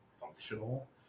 functional